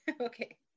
Okay